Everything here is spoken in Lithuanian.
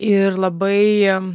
ir labai